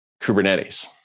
Kubernetes